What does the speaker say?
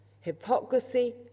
hypocrisy